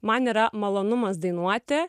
man yra malonumas dainuoti